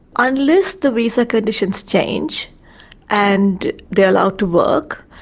unless the visa conditions change and they are allowed to work,